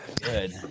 Good